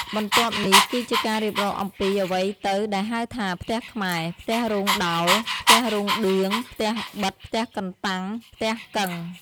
បន្ទាប់នេះគឺជាការរៀបរាប់អំពី អ្វីទៅដែលហៅថាផ្ទះខ្មែរ, ផ្ទះរោងដោល, ផ្ទះរោងឌឿង, ផ្ទះប៉ិត, ផ្ទះកន្តាំង, ផ្ទះកឹង។